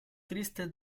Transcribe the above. triste